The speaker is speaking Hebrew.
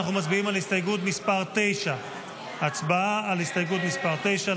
אנחנו מצביעים על הסתייגות מס' 9. הצבעה על הסתייגות מס' 9,